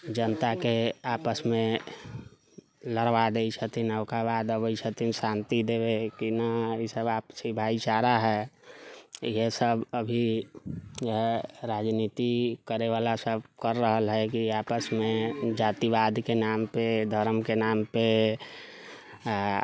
जनताके आपसमे लड़बा देइ छथिन आ ओकर बाद अबैत छथिन शान्ति देबै कि ने ई सभ आपसी भाइचारा हइ इएह सभ अभी राजनीति करैबाला सभ कर रहल हइ कि आपसमे जातिवादके नामपे धरमके नामपे आ